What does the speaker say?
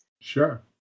Sure